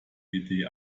idee